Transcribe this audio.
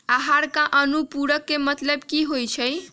आहार अनुपूरक के मतलब की होइ छई?